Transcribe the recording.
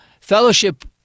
fellowship